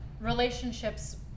relationships